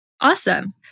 Awesome